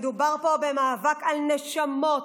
מדובר פה במאבק על נשמות.